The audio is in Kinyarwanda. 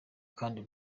kandi